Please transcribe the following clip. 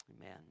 Amen